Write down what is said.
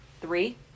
Three